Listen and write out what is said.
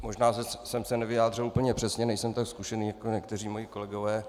Možná jsem se nevyjádřil úplně přesně, nejsem tak zkušený jako někteří moji kolegové.